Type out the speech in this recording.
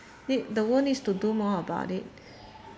it the world needs to do more about it